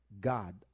God